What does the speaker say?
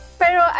pero